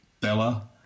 Bella